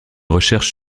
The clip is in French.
recherche